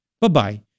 Bye-bye